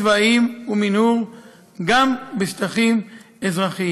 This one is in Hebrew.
ולכן הוא מקים אתרים צבאיים ומנהור גם בשטחים אזרחיים.